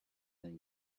then